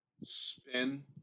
spin